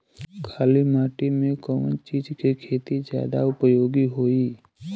काली माटी में कवन चीज़ के खेती ज्यादा उपयोगी होयी?